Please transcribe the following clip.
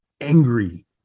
angry